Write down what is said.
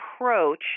approach